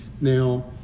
Now